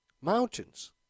mountains